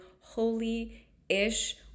holy-ish